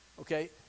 Okay